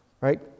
right